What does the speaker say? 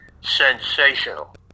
sensational